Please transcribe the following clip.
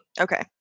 Okay